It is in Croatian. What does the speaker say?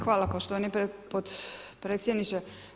Hvala poštovani potpredsjedniče.